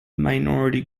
minority